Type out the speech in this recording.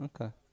Okay